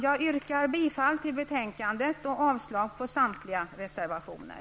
Jag yrkar bifall till hemställan i utskottets betänkande och avslag på samtliga reservationer.